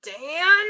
Dan